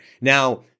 Now